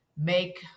make